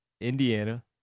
Indiana